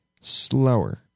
slower